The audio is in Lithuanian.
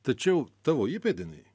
tačiau tavo įpėdiniai